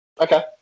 Okay